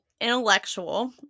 Intellectual